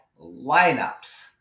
lineups